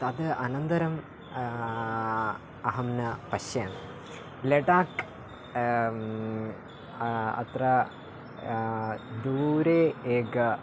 तद् अनन्तरम् अहं न पश्यामि लडाख् अत्र दूरे एकस्य